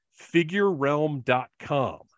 Figurerealm.com